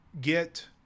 get